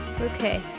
okay